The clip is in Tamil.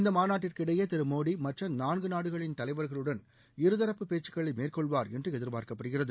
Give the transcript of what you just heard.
இந்த மாநாட்டிற்கு இடையே திரு மோடி மற்ற நான்கு நாடுகளின் தலைவர்களுடன் இருதரப்பு பேச்சுக்களை மேற்கொள்வார் என்று எதிர்பார்க்கப்படுகிறது